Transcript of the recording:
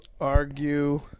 argue